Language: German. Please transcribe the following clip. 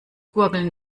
gurgeln